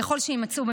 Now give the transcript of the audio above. ככל שיימצאו,